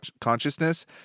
consciousness